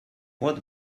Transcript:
what